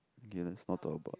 okay let's not talk about